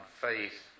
faith